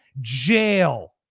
jail